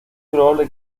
probable